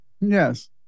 yes